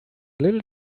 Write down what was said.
little